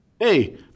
Hey